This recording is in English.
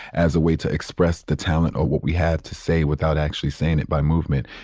as a way to express the talent or what we have to say without actually saying it by movement.